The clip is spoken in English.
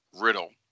Riddle